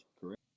correct